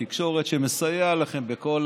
שמסייע לכם בכל